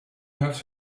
have